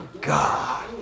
God